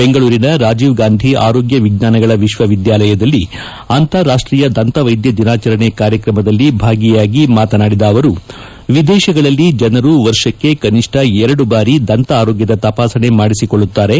ಬೆಂಗಳೂರಿನ ರಾಜೀವ್ ಗಾಂಧಿ ಆರೋಗ್ಯ ವಿಜ್ಞಾನಗಳ ವಿಶ್ವವಿದ್ಯಾಲಯದಲ್ಲಿ ಅಂತಾರಾಷ್ಷೀಯ ದಂತ ವೈದ್ಯ ದಿನಾಚರಣೆ ಕಾರ್ಯಕ್ರಮದಲ್ಲಿ ಭಾಗಿಯಾಗಿ ಮಾತನಾಡಿದ ಅವರು ವಿದೇಶಗಳಲ್ಲಿ ಜನರು ವರ್ಷಕ್ಕೆ ಕನಿಷ್ಠ ಎರಡು ಬಾರಿದಂತ ಆರೋಗ್ಗದ ತಪಾಸಣೆ ಮಾಡಿಸಿಕೊಳ್ಳುತ್ತಾರೆ